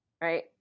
Right